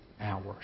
hours